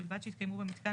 ובלבד שיתקיימו במיתקן,